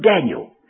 Daniel